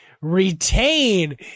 retain